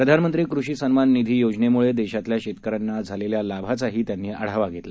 प्रधानमंत्री कृषी किसान सन्मान निधी योजनेमुळे देशातल्या शेतकऱ्यांना झालेल्या लाभाचाही त्यांनी आढावा घेतला